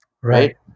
Right